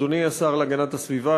אדוני השר להגנת הסביבה,